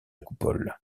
coupole